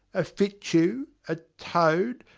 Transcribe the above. a fitchew, a toad,